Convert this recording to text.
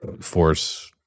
force